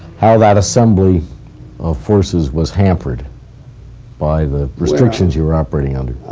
how that assembly of forces was hampered by the restrictions you were operating under?